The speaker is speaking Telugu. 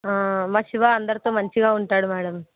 మా శివ అందరితో మంచిగా ఉంటాడు మ్యాడమ్